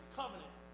covenant